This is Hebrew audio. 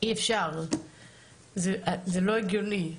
זה לא הגיוני.